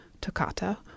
Toccata